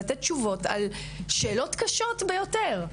לתת תשובות על שאלות קשות ביותר,